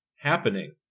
happening